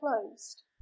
closed